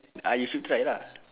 ah you should try lah